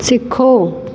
सिखो